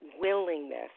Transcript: willingness